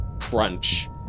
crunch